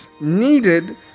needed